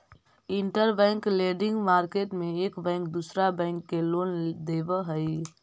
interbank lending market में एक bank दूसरा बैंक के लोन देवऽ हई